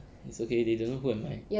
it's okay they don't know who am I